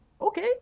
okay